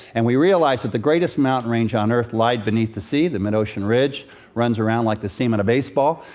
and we realized that the greatest mountain range on earth lies beneath the sea. the mid-ocean ridge runs around like the seam on a baseball.